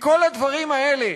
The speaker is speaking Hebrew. מכל הדברים האלה,